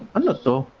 and two